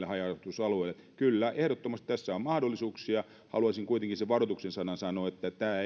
näille haja asutusalueille kyllä ehdottomasti tässä on mahdollisuuksia haluaisin kuitenkin sen varoituksen sanan sanoa että